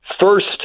First